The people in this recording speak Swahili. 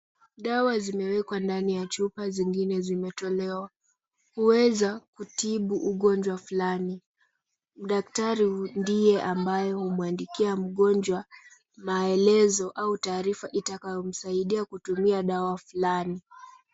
Dawa zimewekwa ndani ya chupa zingine zimetolewa. Huweza kutibu ugonjwa fulani. Daktari ndiye ambaye humwandikia mgonjwa maelezo au taarifa itakayomsaidia kutumia dawa fulani.